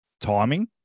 timing